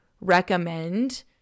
recommend